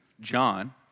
John